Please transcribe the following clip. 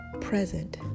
present